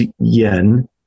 yen